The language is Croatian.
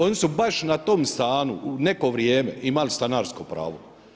Oni su baš na tom stanu u neko vrijeme imali stanarsko pravo.